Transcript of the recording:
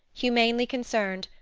humanely concerned,